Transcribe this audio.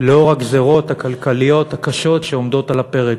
לאור הגזירות הכלכליות הקשות שעומדות על הפרק.